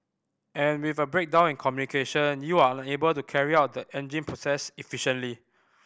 and with a breakdown in communication you are unable to carry out the engine process efficiently